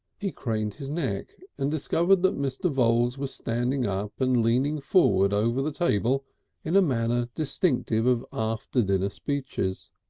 he craned his neck and discovered that mr. voules was standing up and leaning forward over the table in the manner distinctive of after-dinner speeches,